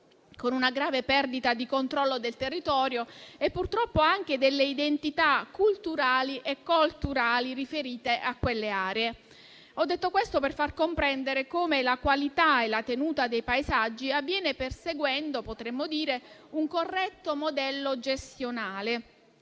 con una grave perdita di controllo del territorio e, purtroppo, anche delle identità culturali e colturali riferite a quelle aree. Ho detto questo per far comprendere come la qualità e la tenuta dei paesaggi si ottengano perseguendo, potremmo dire, un corretto modello gestionale,